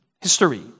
history